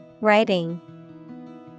Writing